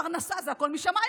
פרנסה זה הכול משמיים,